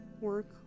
work